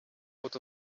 out